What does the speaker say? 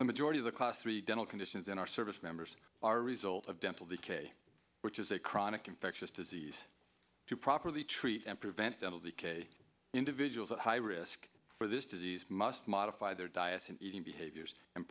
the majority of the cost of the dental conditions in our service members are a result of dental decay which is a chronic infectious disease to properly treat and prevent dental decay individuals at high risk for this disease must modify their diet and eating behaviors and